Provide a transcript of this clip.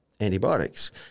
antibiotics